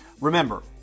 Remember